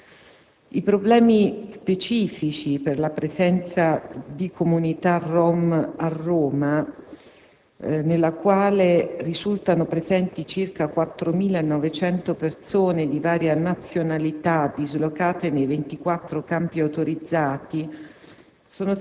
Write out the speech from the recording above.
I problemi specifici per la presenza di comunità Rom a Roma, nella quale risultano presenti circa 4.900 persone di varia nazionalità, dislocate nei 24 campi autorizzati,